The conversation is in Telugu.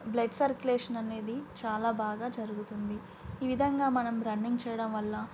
బ్లడ్ సర్క్యలేషన్ అనేది చాలా బాగా జరుగుతుంది ఈ విధంగా మనం రన్నింగ్ చేయడం వల్ల